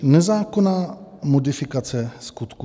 Nezákonná modifikace skutku.